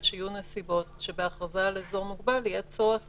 שיהיו נסיבות שבהכרזה על אזור מוגבל יהיה צורך